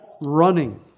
running